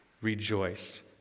Rejoice